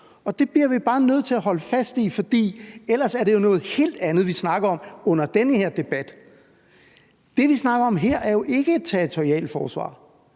det bliver vi bare nødt til at holde fast i, for ellers er det jo noget helt andet, vi snakker om under den her debat. Det, vi snakker om her, er jo ikke et territorialforsvar,